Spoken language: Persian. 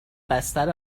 بستر